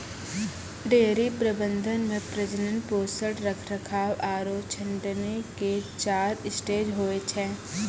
dairy प्रबंधन मॅ प्रजनन, पोषण, रखरखाव आरो छंटनी के चार स्टेज होय छै